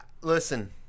Listen